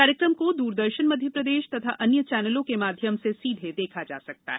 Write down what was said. कार्यक्रम को दूरदर्शन मध्यप्रदेश तथा अन्य चौनलों के माध्यम से सीघे देखा जा सकता है